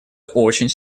очень